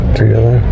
together